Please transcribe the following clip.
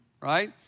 right